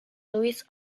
louis